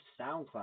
SoundCloud